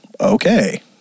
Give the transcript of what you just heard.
okay